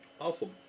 Awesome